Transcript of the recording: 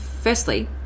Firstly